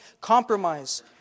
compromise